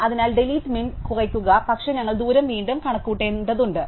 അതിനാൽ delete min കുറയ്ക്കുക പക്ഷേ ഞങ്ങൾ ദൂരം വീണ്ടും കണക്കുകൂട്ടേണ്ടതുണ്ട്